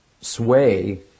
sway